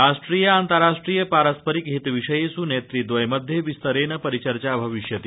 राष्ट्रियान्ताराष्ट्रिय पारस्परिकहित विषयेष नेतृद्रय मध्ये विस्तरेण परिचर्चा भविष्यति